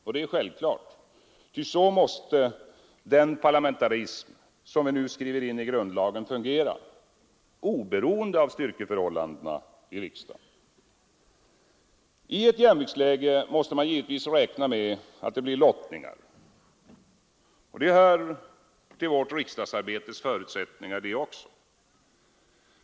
Detta är självklart, ty så måste den parlamentarism som vi nu skriver in i grundlagen fungera, oberoende av styrkeförhållandena i 13 riksdagen. I ett jämviktsläge måste man givetvis räkna med att det blir lottningar. Det hör till vårt riksdagsarbetes förutsättningar.